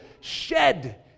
shed